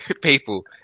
people